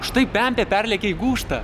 štai pempė perlėkė į gūžtą